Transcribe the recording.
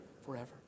forever